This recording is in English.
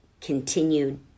continued